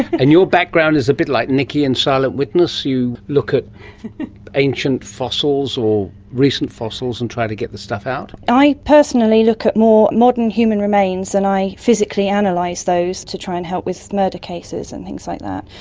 and your background is a bit like nikki in silent witness? you look at ancient fossils or recent fossils and try to get the stuff out? i personally look at more modern human remains and i physically analyse like those to try and help with murder cases and things like that,